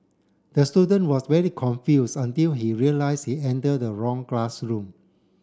the student was very confused until he realise he entered the wrong classroom